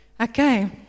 Okay